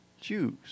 Jews